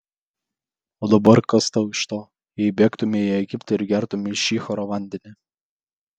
o dabar kas tau iš to jei bėgtumei į egiptą ir gertumei šihoro vandenį